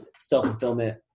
self-fulfillment